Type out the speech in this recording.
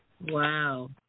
Wow